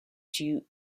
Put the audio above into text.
due